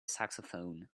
saxophone